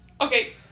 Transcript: Okay